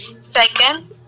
Second